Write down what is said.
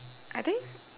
I think